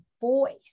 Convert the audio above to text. voice